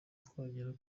twagera